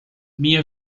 minha